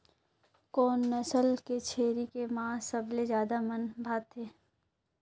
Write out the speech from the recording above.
कोन नस्ल के छेरी के मांस सबले ज्यादा मन भाथे?